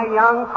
young